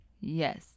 Yes